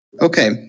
Okay